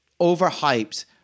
overhyped